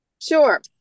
Sure